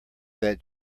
that